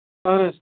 اَہن حظ